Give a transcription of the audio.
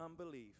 unbelief